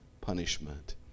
punishment